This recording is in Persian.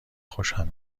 خوشم